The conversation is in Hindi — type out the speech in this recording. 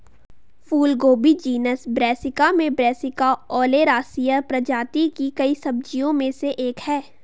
फूलगोभी जीनस ब्रैसिका में ब्रैसिका ओलेरासिया प्रजाति की कई सब्जियों में से एक है